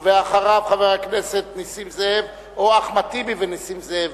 אחריו, חברי הכנסת אחמד טיבי, נסים זאב